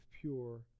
pure